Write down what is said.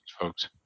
folks